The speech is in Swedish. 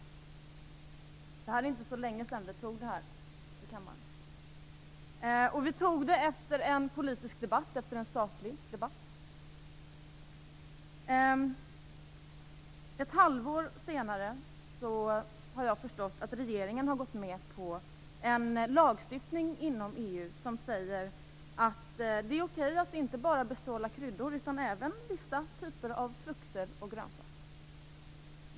Det är inte så länge sedan vi antog det här i kammaren. Vi antog det efter en politisk debatt, en saklig debatt. Ett halvår senare har jag förstått att regeringen har gått med på en lagstiftning inom EU som säger att det är okej att inte bara bestråla kryddor, utan även vissa typer av frukter och grönsaker.